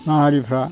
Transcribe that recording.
माहारिफ्रा